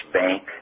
bank